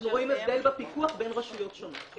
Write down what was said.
אנחנו רואים הבדל בפיקוח בין רשויות שונות.